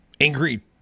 angry